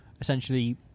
essentially